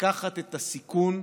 לקחת את הסיכון,